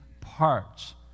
parts